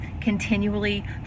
continually